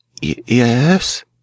yes